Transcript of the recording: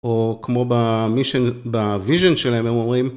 או כמו במישן, בוויז'ן שלהם הם אומרים.